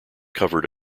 covered